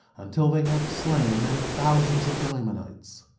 until they had slain many thousands of the lamanites.